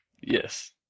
Yes